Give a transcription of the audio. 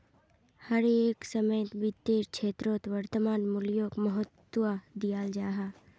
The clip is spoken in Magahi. हर एक समयेत वित्तेर क्षेत्रोत वर्तमान मूल्योक महत्वा दियाल जाहा